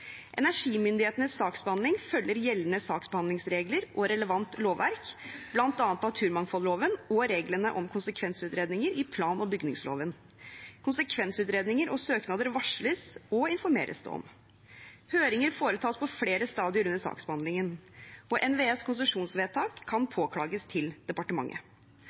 Energimyndighetenes saksbehandling følger gjeldende saksbehandlingsregler og relevant lovverk, bl.a. naturmangfoldloven og reglene om konsekvensutredninger i plan- og bygningsloven. Konsekvensutredninger og søknader varsles og informeres om. Høringer foretas på flere stadier under saksbehandlingen, og NVEs konsesjonsvedtak kan påklages til departementet.